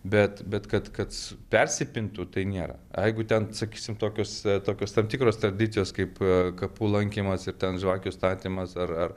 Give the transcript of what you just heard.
bet bet kad kad persipintų tai nėra a jeigu ten sakysim tokios tokios tam tikros tradicijos kaip kapų lankymas ir ten žvakių statymas ar ar